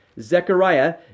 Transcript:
Zechariah